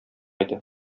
иде